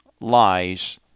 lies